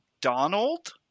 Donald